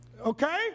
okay